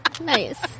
Nice